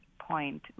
point